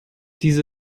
diese